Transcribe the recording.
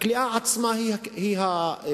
הכליאה עצמה היא העונש.